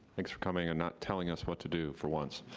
thanks for coming and not telling us what to do for once.